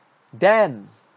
then